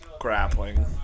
grappling